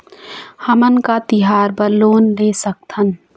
हमन का तिहार बर लोन ले सकथन?